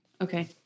Okay